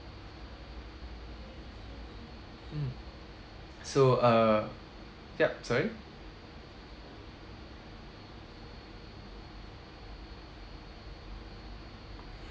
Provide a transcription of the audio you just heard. mm so uh yup sorry